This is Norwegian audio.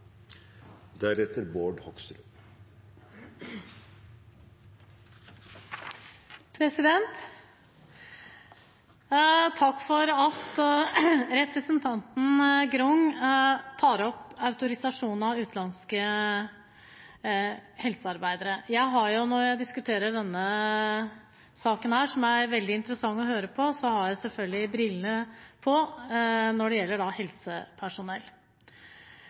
for at hun tar opp autorisasjon av utenlandske helsearbeidere. Når jeg diskuterer denne saken, som er veldig interessant å høre på, har jeg selvfølgelig helsepersonellbrillene på. Dette området har ingen «quick fix». Det